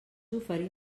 oferir